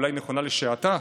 אולי נכונה לשעתה,